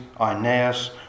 Aeneas